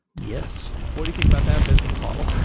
yes what do you think about that business model?